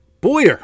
Boyer